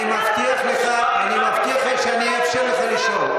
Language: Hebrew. אני מבטיח לך, אני מבטיח לך שאני אאפשר לך לשאול.